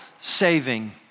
saving